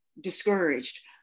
discouraged